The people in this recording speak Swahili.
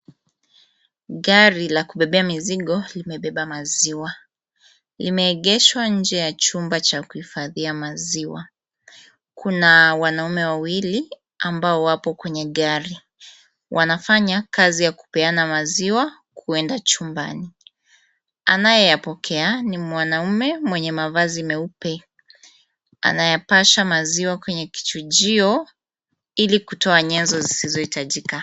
Gari la kubebea mizigo, limebeba maziwa. Imeegeshwa nje ya chumba cha kuhifadhia maziwa. Kuna wanaume wawili ambao wapo kwenye gari. Wanafanya kazi ya kupeana maziwa kuenda chumbani. Anayeyapokea ni mwanaume mwenye mavazi meupe. Anayapasha maziwa kwenye kichujio, ili kutoa nyezo zisizohitajika.